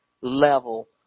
level